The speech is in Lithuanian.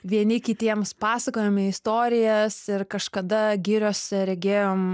vieni kitiems pasakojame istorijas kažkada giriose regėjom